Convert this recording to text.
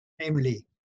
namely